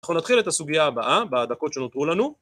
אנחנו נתחיל את הסוגיה הבאה, בדקות שנותרו לנו.